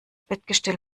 bettgestell